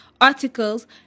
articles